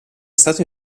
stato